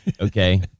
Okay